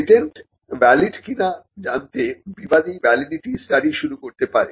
patent valid কিনা জানতে বিবাদী ভ্যালিডিটি স্টাডি শুরু করতে পারে